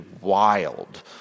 wild